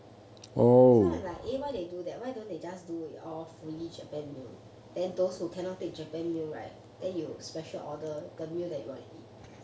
so I'm like eh why they do that why don't they just do it all fully japan meal then those who cannot take japan meal right then you special order the meal that they want to eat